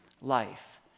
life